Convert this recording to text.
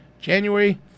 January